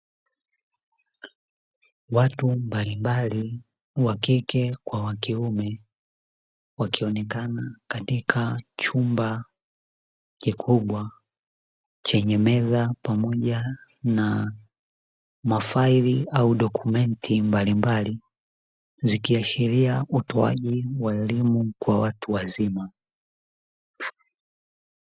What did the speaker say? Watu mbalimbali wakike kwa wakiume wakionekana katika chumba kikubwa chenye meza pamoja na mafaili au dokumenti mbalimbali, zikiashiria utoaji wa elimu kwa watu wazima.